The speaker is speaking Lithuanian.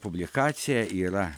publikacija yra